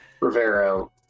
Rivero